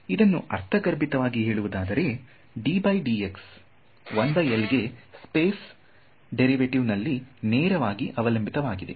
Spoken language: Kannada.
ಇದನ್ನು ಅರ್ಥಗರ್ಭಿತವಾಗಿ ಹೇಳುವುದಾದರೆ ಗೆ ಸ್ಪೇಸ್ ಡೇರಿವೆಟಿವ್ ನಲಿ ನೇರವಾಗಿ ಅವಲಂಬಿತವಾಗಿದೆ